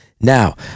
Now